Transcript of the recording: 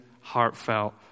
heartfelt